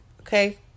Okay